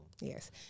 Yes